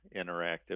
Interactive